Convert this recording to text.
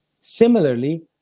Similarly